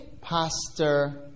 Pastor